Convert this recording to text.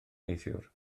neithiwr